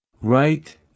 Right